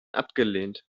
abgelehnt